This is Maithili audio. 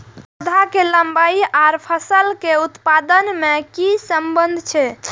पौधा के लंबाई आर फसल के उत्पादन में कि सम्बन्ध छे?